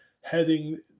heading